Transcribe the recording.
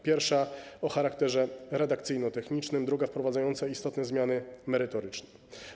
Pierwsza o charakterze redakcyjno-technicznym, druga wprowadzająca istotne zmiany merytoryczne.